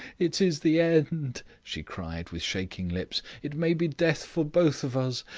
it is the end, she cried, with shaking lips it may be death for both of us.